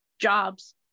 jobs